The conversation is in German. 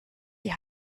die